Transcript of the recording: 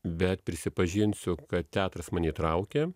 bet prisipažinsiu kad teatras mane įtraukė